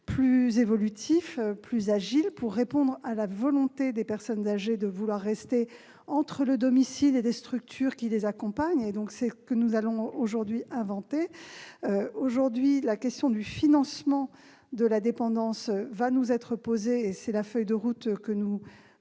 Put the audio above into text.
plus évolutif, plus agile, pour répondre à la volonté des personnes âgées de rester entre le domicile et des structures qui les accompagnent. C'est ce que nous allons aujourd'hui inventer. La question du financement de la dépendance va nous être posée, et c'est la feuille de route que nous